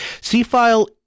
C-File